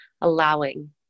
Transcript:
allowing